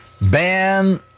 ban